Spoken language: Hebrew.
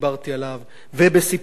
שהדברים יטפחו על פניהם,